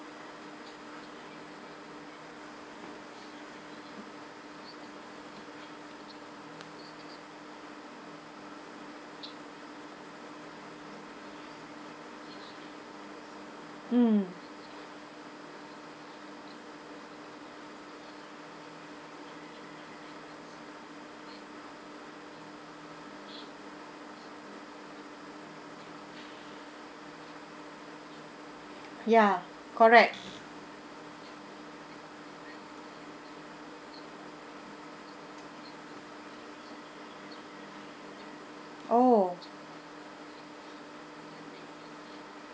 mm ya correct oh